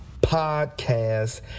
Podcast